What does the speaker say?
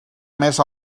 més